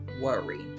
worry